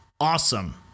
awesome